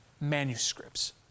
manuscripts